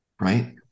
right